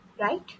right